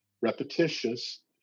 repetitious